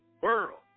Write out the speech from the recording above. world